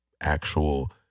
actual